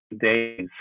days